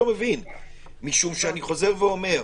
משום שאני חוזר ואומר,